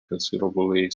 considerably